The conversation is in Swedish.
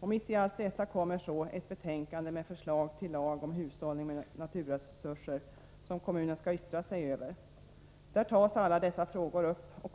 Mitt i allt detta läggs ett betänkande fram med förslag till lag om hushållning med naturresurser, vilket kommunen skall yttra sig över. I betänkandet tas alla frågor i detta sammanhang upp.